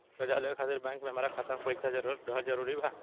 कर्जा लेवे खातिर बैंक मे हमरा खाता मे पईसा रहल जरूरी बा?